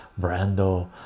brando